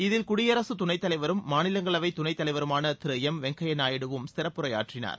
இதில் குடியரசு துணைத் தலைவரும் மாநிலங்களவை துணைத் தலைவருமான திரு எம் வெங்கய்யா நாயுடுவும் சிறப்புரையாற்றினார்